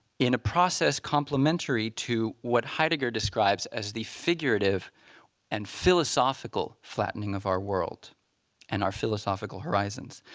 in a process complimentary to what heidegger describes as the figurative and philosophical flattening of our world and our philosophical horizons.